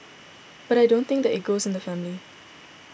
but I don't think that it goes in the family